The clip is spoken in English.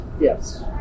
Yes